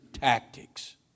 tactics